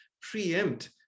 preempt